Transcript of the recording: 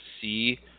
see